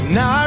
Now